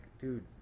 dude